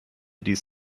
dies